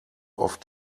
oft